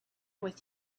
with